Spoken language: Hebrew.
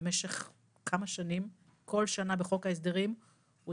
במשך כמה שנים כל שנה בחוק ההסדרים הוא